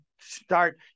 start